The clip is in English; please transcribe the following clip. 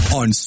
on